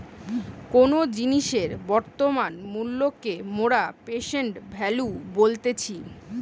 কোনো জিনিসের বর্তমান মূল্যকে মোরা প্রেসেন্ট ভ্যালু বলতেছি